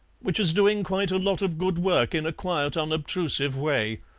which is doing quite a lot of good work in a quiet, unobtrusive way.